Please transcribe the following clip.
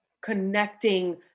connecting